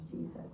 Jesus